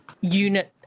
unit